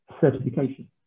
certification